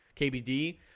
KBD